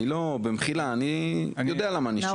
ואני יודע מה אני שואל.